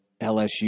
LSU